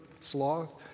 sloth